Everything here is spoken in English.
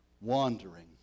wandering